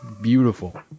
beautiful